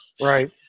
Right